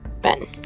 Ben